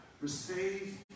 receive